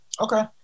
Okay